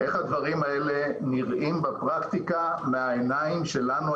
איך הדברים האלה נראים בפרקטיקה מהעיניים שלנו,